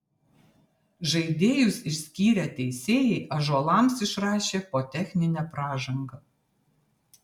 žaidėjus išskyrę teisėjai ąžuolams išrašė po techninę pražangą